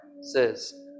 says